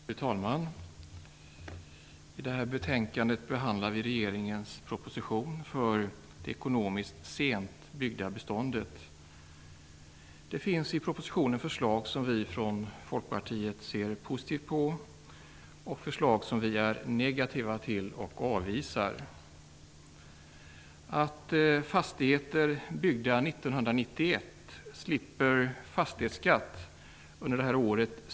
Fru talman! I det här betänkandet behandlar vi regeringens proposition om de ekonomiska villkoren för det sent byggda beståndet. I propositionen finns det förslag som vi i Folkpartiet ser positivt på och förslag som vi är negativa till och avvisar. Vi ser positivt på att fastigheter byggda 1991 slipper fastighetsskatt under det här året.